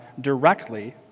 directly